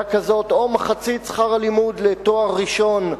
כזאת או מחצית שכר הלימוד לתואר ראשון.